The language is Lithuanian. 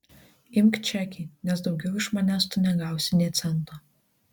imk čekį nes daugiau iš manęs tu negausi nė cento